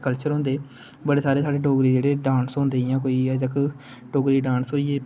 culture होंदे बड़ा सारे डोगरी जेहडे़ डाॅंस होंदे इयां कोई अजै तक डोगरी डाॅंस होई गे